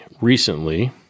recently